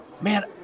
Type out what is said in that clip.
man